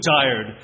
tired